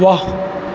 वाह